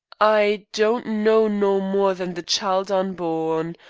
i don't know no more than the child unborn.